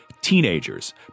Teenagers